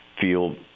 feel